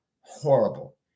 horrible